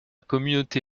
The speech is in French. communauté